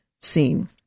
seen